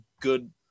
good